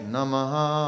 Namaha